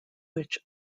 which